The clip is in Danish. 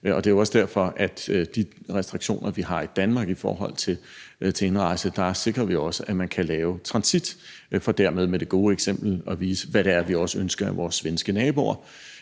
Det er jo også derfor, at med de restriktioner, vi har i Danmark, i forhold til indrejse sikrer vi også, at man kan lave transit, for dermed med det gode eksempel at vise, hvad det er, vi også ønsker af vores svenske naboer.